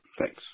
Thanks